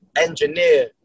engineer